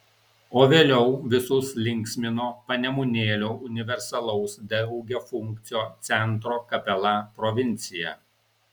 o vėliau visus linksmino panemunėlio universalaus daugiafunkcio centro kapela provincija